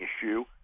issue